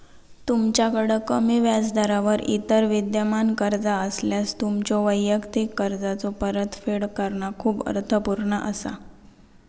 तुमच्याकड कमी व्याजदरावर इतर विद्यमान कर्जा असल्यास, तुमच्यो वैयक्तिक कर्जाचो परतफेड करणा खूप अर्थपूर्ण असा